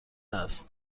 است